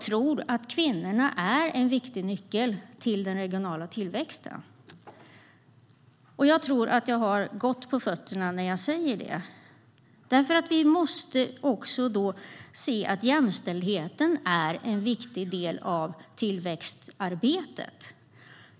Kvinnorna är en viktig nyckel till den regionala tillväxten, och jag tror att jag har bra på fötterna när jag säger det. Vi måste se att jämställdheten är en viktig del av tillväxtarbetet.